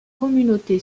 communauté